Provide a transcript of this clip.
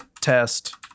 test